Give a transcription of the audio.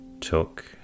took